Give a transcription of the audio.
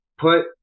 put